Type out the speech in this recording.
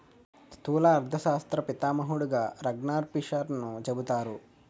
స్థూల అర్థశాస్త్ర పితామహుడుగా రగ్నార్ఫిషర్ను చెబుతారు